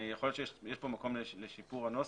יכול להיות שיש פה מקום לשיפור הנוסח,